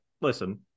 listen